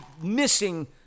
missing